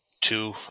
two